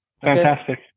fantastic